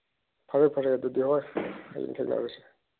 ꯐꯔꯦ ꯐꯔꯦ ꯑꯗꯨꯗꯤ ꯍꯣꯏ ꯍꯌꯦꯡ ꯊꯦꯡꯅꯔꯁꯤ